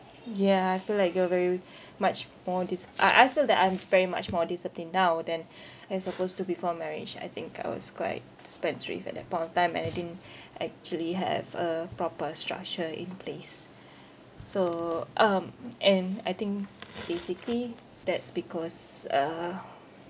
yeah I feel like you're very much more dis~ I I feel that I'm very much more disciplined now then as opposed to before marriage I think I was quite spendthrift at that point of time and I didn't actually have a proper structure in place so um and I think basically that's because uh